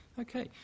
Okay